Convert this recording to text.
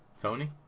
Tony